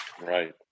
Right